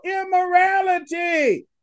immorality